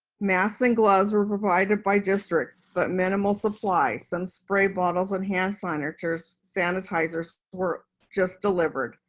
masks and gloves were provided by district, but minimal supply. some spray bottles and hand sanitizers sanitizers were just delivered.